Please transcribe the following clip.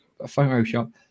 Photoshop